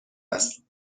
است